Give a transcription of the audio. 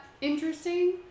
interesting